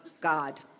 God